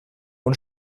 und